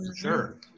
sure